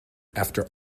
after